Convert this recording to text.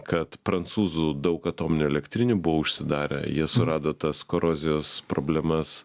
kad prancūzų daug atominių elektrinių buvo užsidarę jie surado tas korozijos problemas